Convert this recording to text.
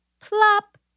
plop